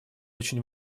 очень